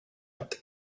but